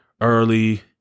early